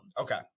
Okay